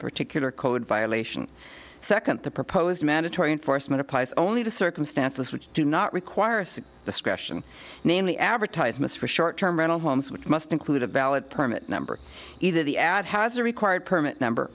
particular code violation second the proposed mandatory enforcement applies only to circumstances which do not require some discretion namely advertisements for short term rental homes which must include a valid permit number either the ad has a required permit number